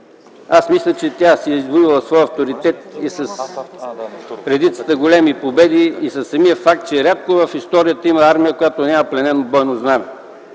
Аз мисля, че тя си е извоювала своя авторитет с редица големи победи, а и със самия факт, че рядко в историята има армия, която няма пленено бойно знаме.